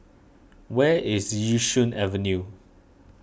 where is Yishun Avenue